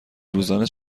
روزانه